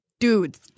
dudes